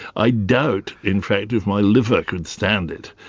i doubt, in fact if my liver could stand it.